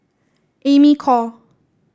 Amy Khor